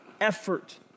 effort